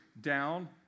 down